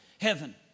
heaven